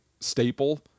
staple